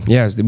Yes